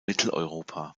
mitteleuropa